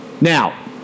Now